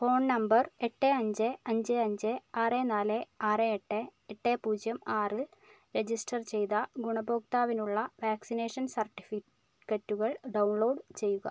phone number എട്ട് അഞ്ച് അഞ്ച് അഞ്ച് ആറ് നാല് ആറ് എട്ട് എട്ട് പൂജ്യം ആറ് രജിസ്റ്റർ ചെയ്ത ഗുണഭോക്താവിനുള്ള വാക്സിനേഷൻ സർട്ടിഫിക്കറ്റുകൾ ഡൗൺലോഡ് ചെയ്യുക